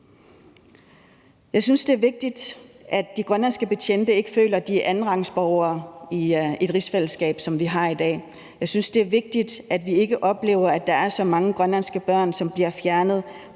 Jeg synes, det er vigtigt, at de grønlandske betjente ikke føler, at de er andenrangsborgere i det rigsfællesskab, som vi har i dag. Jeg synes, det er vigtigt, at vi ikke oplever, at der er så mange grønlandske børn, som bliver fjernet